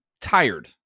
tired